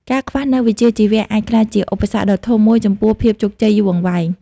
ការខ្វះនូវវិជ្ជាជីវៈអាចក្លាយជាឧបសគ្គដ៏ធំមួយចំពោះភាពជោគជ័យយូរអង្វែង។